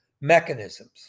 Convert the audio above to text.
mechanisms